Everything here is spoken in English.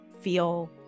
feel